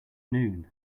noon